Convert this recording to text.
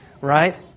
Right